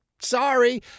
Sorry